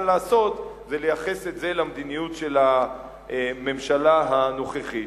לעשות זה לייחס את זה למדיניות של הממשלה הנוכחית.